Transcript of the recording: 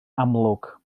amlwg